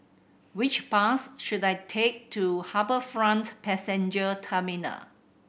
which bus should I take to HarbourFront Passenger Terminal